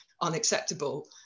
unacceptable